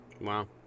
Wow